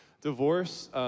divorce